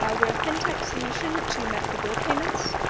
ah we're a fintech solution to medical bill payments.